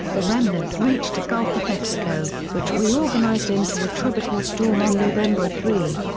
the remnants reached the gulf of mexico, which reorganized into a tropical storm on november three.